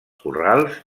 corrals